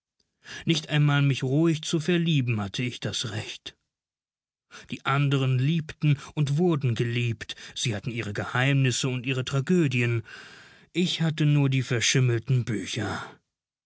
nicht einmal mich ruhig zu verlieben hatte ich das recht die anderen liebten und wurden geliebt sie hatten ihre geheimnisse und ihre tragödien ich hatte nur die verschimmelten bücher